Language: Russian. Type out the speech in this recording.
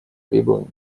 требований